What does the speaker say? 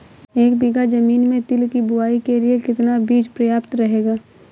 एक बीघा ज़मीन में तिल की बुआई के लिए कितना बीज प्रयाप्त रहेगा?